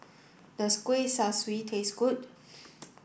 does Kuih Kaswi taste good